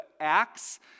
Acts